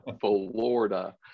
Florida